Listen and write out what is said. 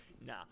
Nah